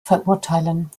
verurteilen